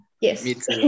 Yes